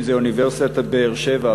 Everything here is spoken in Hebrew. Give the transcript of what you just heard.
אם זו אוניברסיטת באר-שבע,